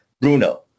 Bruno